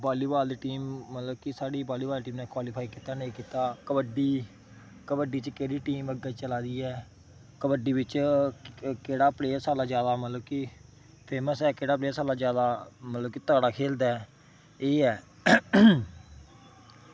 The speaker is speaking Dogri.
वालीबॉल दी टैम जेह्की साढ़ी उन्नै क्वालीफाई कीता जां नेईं कीता कबड्डी कबड्डी च केह्ड़ी टीम अग्गें चला दी ऐ कबड्डी च केह्ड़ा प्लेयर सारें कोला अग्गें चला दा की मसां केह्ड़ा प्लेयर सारें कोला जादा मतलब की तगड़ा खेल्लदा ऐ एह् ऐ